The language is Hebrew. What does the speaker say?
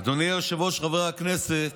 אדוני היושב-ראש, חברי הכנסת,